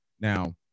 now